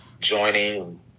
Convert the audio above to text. joining